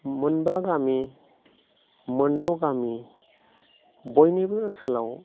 मोनबा गामि मोन द' गामि बयनिबो ओनसोलाव